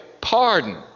pardon